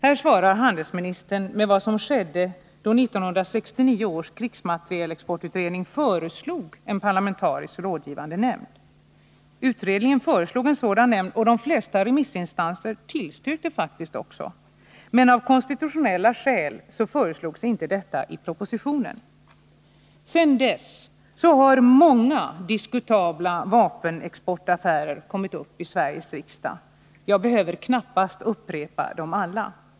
Här svarar handelsministern med att återge vad som skedde då 1969 års krigsmaterielexportutredning föreslog en parlamentarisk rådgivande nämnd. Utredningen föreslog en sådan nämnd och de flesta remissinstanser tillstyrkte, men av konstitutionella skäl återfanns inte förslaget i propositionen. Sedan dess har många diskutabla vapenexportaffärer kommit upp i Sveriges riksdag. Jag behöver knappast upprepa dem alla.